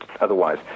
otherwise